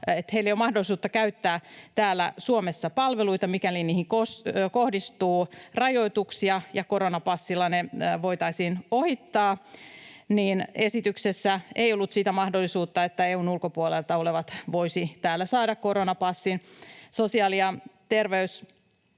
ei ole mahdollisuutta käyttää täällä Suomessa palveluita, mikäli niihin kohdistuu rajoituksia, jotka koronapassilla voitaisiin ohittaa. Esityksessä ei ollut sitä mahdollisuutta, että EU:n ulkopuolelta olevat voisivat täällä saada koronapassin. Sosiaali- ja terveysvaliokunta